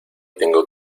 tengo